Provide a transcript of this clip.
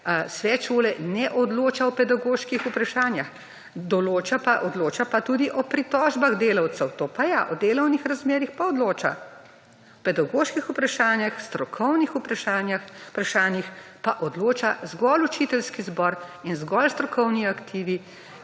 Svet šole ne odloča o pedagoških vprašanjih, odloča pa tudi o pritožbah delavcev to pa ja, o delovnih razmerjih pa odloča. O pedagoških vprašanjih, strokovnih vprašanjih pa odloča zgolj učiteljski zbor in zgolj strokovni aktivi